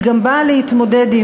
היא גם באה להתמודד,